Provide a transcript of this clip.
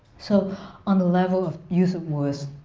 so on the level of use of words,